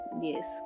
yes